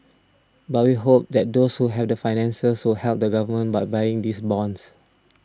but we hope that those who have the finances will help the Government by buying these bonds